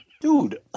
Dude